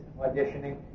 auditioning